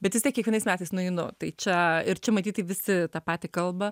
bet vis tiek kiekvienais metais nueinu tai čia ir čia matyt taip visi tą patį kalba